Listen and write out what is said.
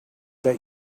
that